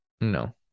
No